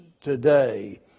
today